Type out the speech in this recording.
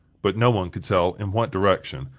but no one could tell in what direction,